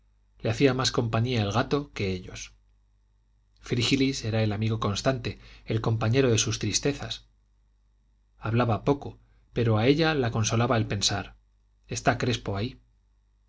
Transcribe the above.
le hacía más compañía el gato que ellos frígilis era el amigo constante el compañero de sus tristezas hablaba poco pero a ella la consolaba el pensar está crespo ahí